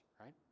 right